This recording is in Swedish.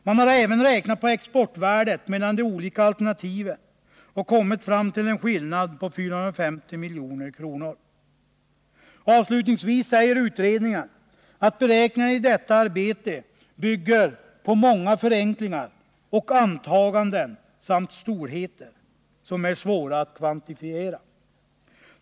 Man har även räknat på exportvärdet mellan de olika alternativen och kommit fram till en skillnad på 450 milj.kr. Avslutningsvis säger man i utredningen att beräkningarna i detta arbete bygger på många förenklingar och antaganden samt storheter som är svåra att kvantifiera.